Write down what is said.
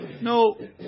No